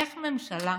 איך ממשלה,